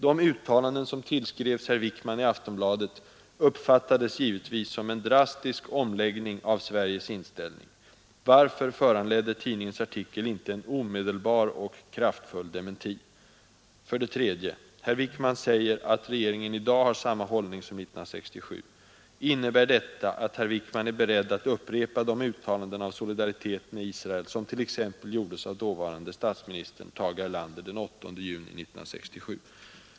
De uttalanden som tillskrevs herr Wickman i Aftonbladet uppfattades givetvis som en drastisk omläggning av Sveriges inställning. Varför föranledde tidningens artikel inte en omedelbar och kraftfull dementi? 3. Herr Wickman säger att regeringen i dag har samma hållning som 1967. Innebär detta att herr Wickman är beredd att upprepa de uttalanden av solidaritet med Israel som t.ex. gjordes av dåvarande statsministern Tage Erlander den 8 juni 1967?